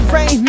Rain